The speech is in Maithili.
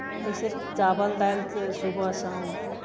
जैसे चावल दालि स् सुबह शाम